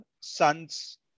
sons